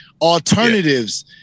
alternatives